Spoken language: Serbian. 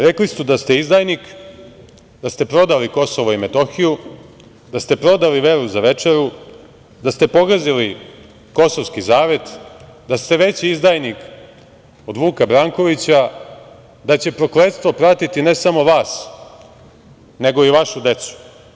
Rekli su da ste izdajnik, da ste prodali Kosovo i Metohiju, da ste prodali veru za večeru, da ste pogazili Kosovski zavet, da ste veći izdajnik od Vuka Brankovića, da će prokletstvo pratiti ne samo vas, nego i vašu decu.